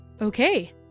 Okay